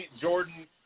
Jordan